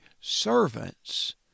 servants